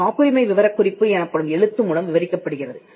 இது காப்புரிமை விவரக்குறிப்பு எனப்படும் எழுத்து மூலம் விவரிக்கப்படுகிறது